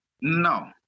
No